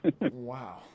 Wow